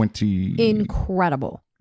incredible